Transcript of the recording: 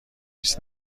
است